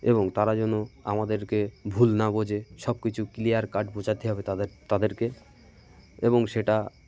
এবং তারা যেন আমাদেরকে ভুল না বোঝে সব কিছু ক্লিয়ার কাট বোঝাতে হবে তাদের তাদেরকে এবং সেটা